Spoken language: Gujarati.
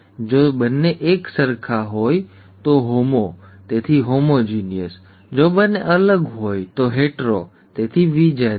જો બંને એક સરખા હોય હોમો તેથી હોમોઝિગસ જો બંને અલગ હોય તો હેટરો તેથી વિજાતીય